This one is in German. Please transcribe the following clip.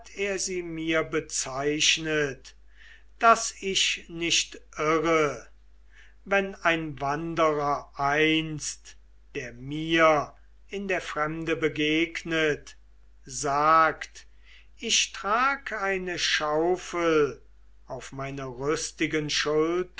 sie mir bezeichnet daß ich nicht irre wenn ein wanderer einst der mir in der fremde begegnet sagt ich trag eine schaufel auf meiner rüstigen